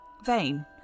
vain